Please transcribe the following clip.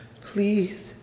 please